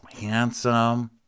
handsome